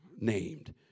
named